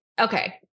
okay